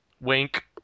Wink